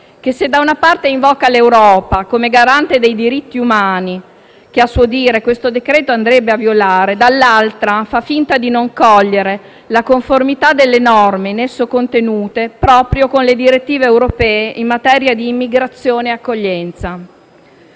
che, se da una parte invoca l'Europa come garante dei diritti umani che a suo dire il testo andrebbe a violare, dall'altra fa finta di non cogliere la conformità delle norme in esso contenute proprio alle direttive europee in materia di immigrazione e accoglienza.